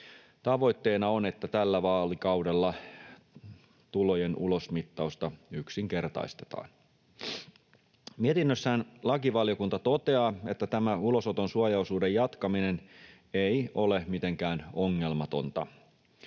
Tavoitteena on, että tällä vaalikaudella tulojen ulosmittausta yksinkertaistetaan. Mietinnössään lakivaliokunta toteaa, että tämä ulosoton suojaosuuden jatkaminen ei ole mitenkään ongelmatonta.